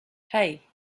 hey